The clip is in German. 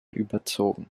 überzogen